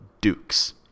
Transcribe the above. dukes